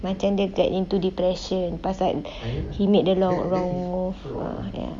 macam dia get into depression pasal dia he made the wrong wrong move lah ya